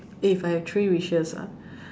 if I have three wishes ah